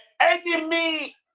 enemy